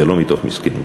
ולא מתוך מסכנות.